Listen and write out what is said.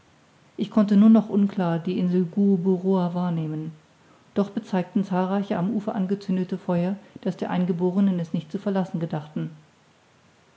ich konnte nur noch unklar die insel gueboroar wahrnehmen doch bezeigten zahlreiche am ufer angezündete feuer daß die eingeborenen es nicht zu verlassen gedachten